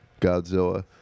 Godzilla